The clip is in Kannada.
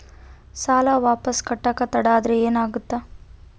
ಸಾಲ ವಾಪಸ್ ಕಟ್ಟಕ ತಡ ಆದ್ರ ಏನಾಗುತ್ತ?